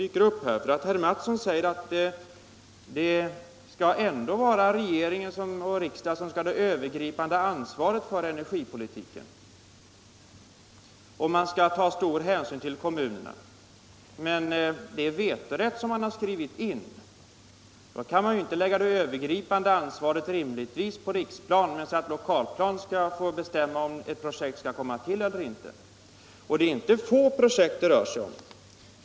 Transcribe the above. Herr Mattsson säger att regeringen och riksdagen ändå skall ha det övergripande ansvaret för energipolitiken men att stor hänsyn skall tas till kommunerna. Det är emellertid vetorätt reservanterna har skrivit in i sitt förslag. Det övergripande ansvaret kan rimligtvis inte läggas på riksplanet, om man på lokalplanet skall få bestämma om ett projekt skall få komma till stånd eller inte. Det är inte få projekt det rör sig om.